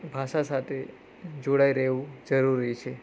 ભાષા સાથે જોડાઈ રહેવું જરૂરી છે